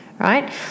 right